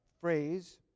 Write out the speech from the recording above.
phrase